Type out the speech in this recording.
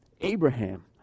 Abraham